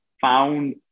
found